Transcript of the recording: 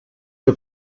que